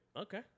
Okay